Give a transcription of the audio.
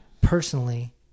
personally